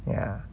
ya